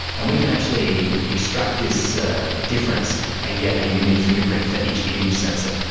and we can actually extract this difference and get a unique fingerprint for each image sensor.